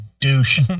douche